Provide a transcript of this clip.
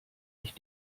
ich